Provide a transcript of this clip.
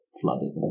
flooded